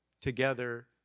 together